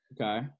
Okay